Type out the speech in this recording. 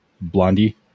Blondie